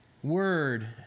word